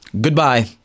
goodbye